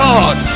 God